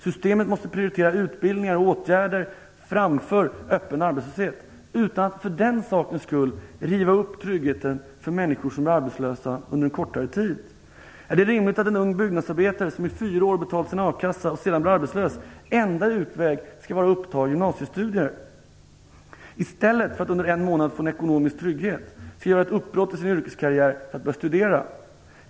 Systemet måste prioritera utbildning och åtgärder framför öppen arbetslöshet utan att för den sakens skull riva upp tryggheten för människor som är arbetslösa under en kortare tid. Är det rimligt att en ung byggnadsarbetare som i fyra år har betalat till sin a-kassa och sedan blir arbetslös skall ha som enda utväg att uppta gymnasiestudier. I stället för att under en månad få ekonomisk trygghet skall han göra ett uppehåll i sin yrkeskarriär för att börja studera.